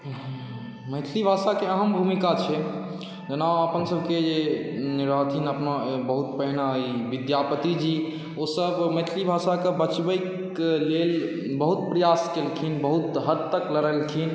मैथिली भाषाके अहम भूमिका छै जेना अपन सबके जे रहथिन अपना बहुत पहिने विद्यापतिजी ओसब मैथिली भाषाके बचबैके लेल बहुत प्रयास केलखिन बहुत हद तक लड़लखिन